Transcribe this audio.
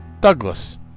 Douglas